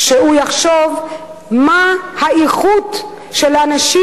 שהוא יחשוב מה האיכות של האנשים